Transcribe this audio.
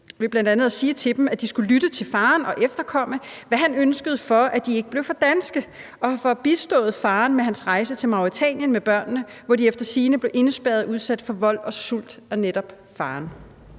ved bl.a. at sige til dem, at de skulle lytte til faren og efterkomme, hvad han ønskede, for at de ikke blev for danske, og for at have bistået faren med hans rejse til Mauretanien med børnene, hvor de efter sigende blev indespærret og udsat for vold og sult af netop faren?